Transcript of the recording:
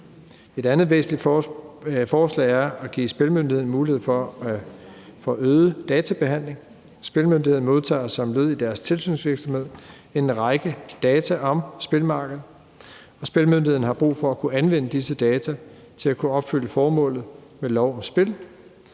Et andet væsentligt forslag er at give Spillemyndigheden mulighed for øget databehandling. Spillemyndigheden modtager som led i deres tilsynsvirksomhed en række data om spilmarkedet, og Spillemyndigheden har brug for at kunne anvende disse data til at kunne opfylde formålet med lov om spil